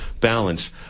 balance